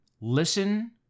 listen